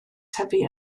tyfu